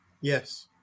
Yes